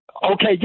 Okay